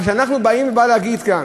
אבל כשאנחנו באים והוא בא להגיד כאן,